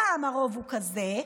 פעם הרוב הוא כזה,